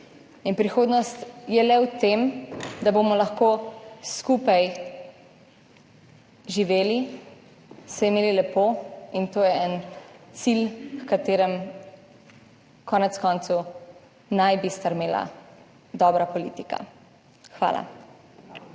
prihodnost je le v tem, da bomo lahko skupaj živeli, se imeli lepo. In to je en cilj, h kateremu konec koncev naj bi stremela dobra politika. Hvala.